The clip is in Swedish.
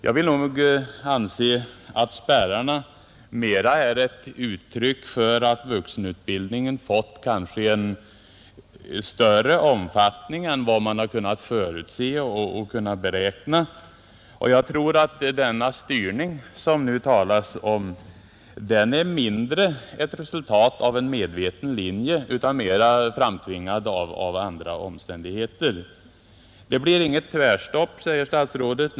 Jag vill nog anse att spärrarna mera är ett uttryck för att vuxenutbildningen fått större omfattning än vad man kunnat förutse och beräkna, och jag tror att den styrning som det nu talas om mindre är ett resultat av en medveten linje och mera framtvingad av andra omständigheter. Det blir inget tvärstopp, säger statsrådet.